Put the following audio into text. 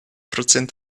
prozent